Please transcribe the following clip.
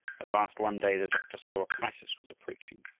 at last one day the doctor saw a crisis was approaching.